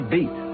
Beat